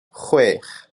chwech